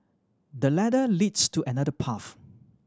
the ladder leads to another path